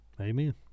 Amen